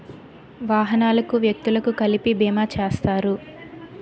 వాహనాలకు వ్యక్తులకు కలిపి బీమా చేస్తారు